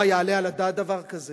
מה, יעלה על הדעת דבר כזה?